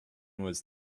was